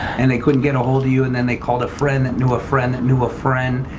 and they couldn't get ahold of you and then they called a friend that knew a friend that knew a friend.